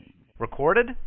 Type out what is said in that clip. Recorded